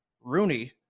Rooney